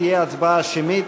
תהיה הצבעה שמית.